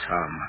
Tom